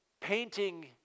painting